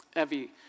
Evie